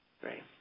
Great